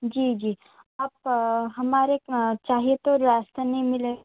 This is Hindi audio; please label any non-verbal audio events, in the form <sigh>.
जी जी आप हमारे चाहिए तो <unintelligible> मिले